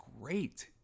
great